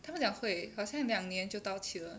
他们讲会好像两年就到期了